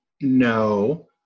No